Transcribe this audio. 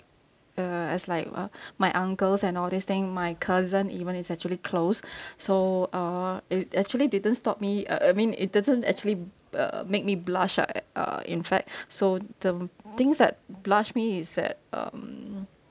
uh as like uh my uncles and all this thing my cousin even is actually closed so uh it actually didn't stop me uh I I mean it doesn't actually uh make me blush lah uh in fact so the things that blush me is that um